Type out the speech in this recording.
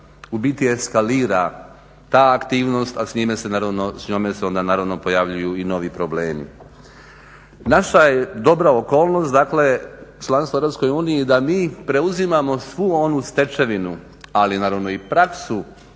u biti eskalira ta aktivnost, a s njome se onda naravno pojavljuju i novi problemi. Naša je dobra okolnost dakle članstva u Europskoj uniji da mi preuzimamo svu onu stečevinu, ali naravno i praksu